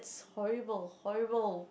horrible horrible